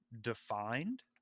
defined